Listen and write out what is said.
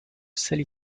sally